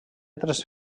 tres